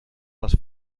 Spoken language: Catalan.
les